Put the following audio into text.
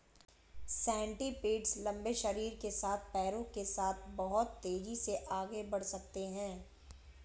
centipedes लंबे शरीर के साथ पैरों के साथ बहुत तेज़ी से आगे बढ़ सकते हैं